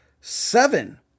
seven